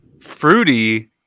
fruity